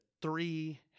Three